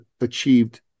achieved